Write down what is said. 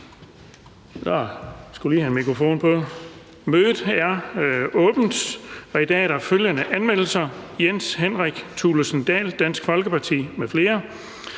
Mødet er åbnet. I dag er der følgende anmeldelser: Jens Henrik Thulesen Dahl (DF) m.fl.: